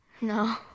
No